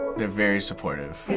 they're very supportive.